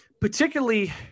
particularly